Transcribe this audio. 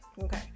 Okay